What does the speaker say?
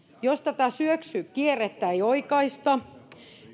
jos tätä syöksykierrettä ei oikaista